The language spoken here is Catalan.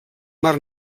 mar